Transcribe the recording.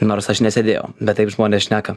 nors aš nesėdėjau bet taip žmonės šneka